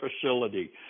facility